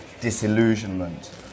disillusionment